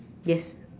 yes